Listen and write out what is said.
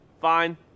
Fine